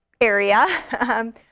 area